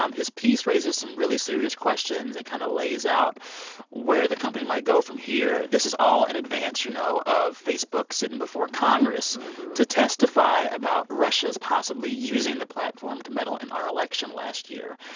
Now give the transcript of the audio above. um his piece raises some really serious questions and kind of lays out where the company might go from here. this is all in advance, you know, of facebook sitting before congress to testify about russia's possibly using the platform to meddle in our election last year.